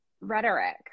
rhetoric